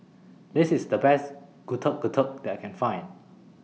This IS The Best Getuk Getuk that I Can Find